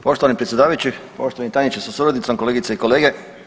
Poštovani predsjedavajući, poštovani tajniče sa suradnicom, kolegice i kolege.